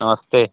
नमस्ते